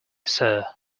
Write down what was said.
sir